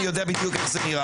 אני יודע בדיוק איך זה נראה,